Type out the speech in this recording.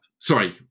sorry